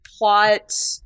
plot